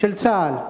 של צה"ל,